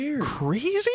crazy